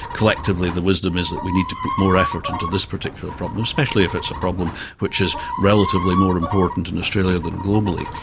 collectively the wisdom is that we need to put more effort into this particular problem, especially if it's a problem which is relatively more important in australia than globally,